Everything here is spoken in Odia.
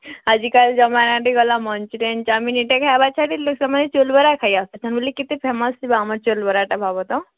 ଆଜିକାଲି ଜମାନାତି ଗଲା ମଞ୍ଚୁରିଆନ୍ ଚାଓମିନ୍ ଇଟା ଖାଏବାର୍ ଛାଡ଼ି ଲୋକ୍ ସେମାନେ ଚଉଲ୍ ବରା ଖାଇଆସୁଛନ୍ ବେଲେ କେତେ ଫେମସ୍ ଥିବା ଆମର୍ ଚଉଲ୍ ବରାଟା ଭାବ ତ